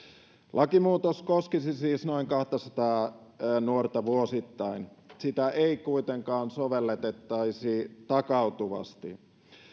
lakimuutos koskisi siis noin kahtasataa nuorta vuosittain sitä ei kuitenkaan sovellettaisi takautuvasti